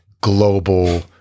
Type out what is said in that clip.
global